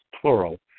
plural